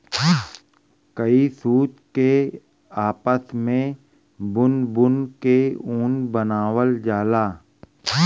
कई सूत के आपस मे बुन बुन के ऊन बनावल जाला